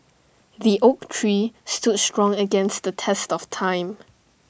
the oak tree stood strong against the test of time